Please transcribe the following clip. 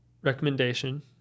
Recommendation